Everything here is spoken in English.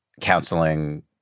counseling